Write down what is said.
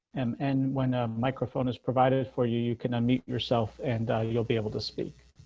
um and when a microphone is provided for you. you can unmute yourself and you'll be able to speak.